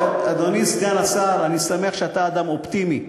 אדוני סגן השר, אני שמח שאתה אדם אופטימי.